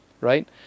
right